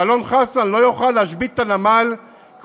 שאלון חסן לא יוכל להשבית את הנמל כי